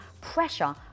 pressure